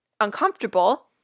uncomfortable